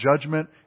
judgment